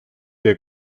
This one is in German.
der